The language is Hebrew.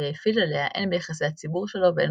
שהאפיל עליה הן ביחסי הציבור שלו והן